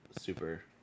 super